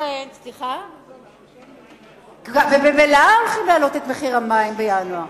הולכים להעלות את וממילא הולכים להעלות את מחיר המים בינואר.